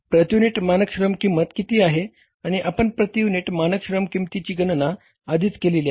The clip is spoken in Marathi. प्रती युनिट मानक श्रम किंमत किती आहे आणि आपण प्रती युनिट मानक श्रम किंमतिची गणना आधिच केलेली आहे